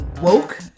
woke